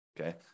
Okay